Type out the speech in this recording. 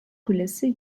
kulesi